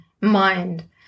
mind